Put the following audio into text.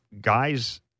guys